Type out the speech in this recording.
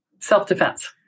self-defense